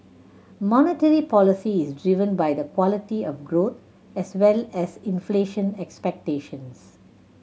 monetary policy is driven by the quality of growth as well as inflation expectations